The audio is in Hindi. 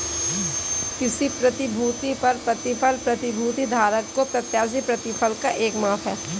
किसी प्रतिभूति पर प्रतिफल प्रतिभूति धारक को प्रत्याशित प्रतिफल का एक माप है